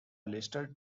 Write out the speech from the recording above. listed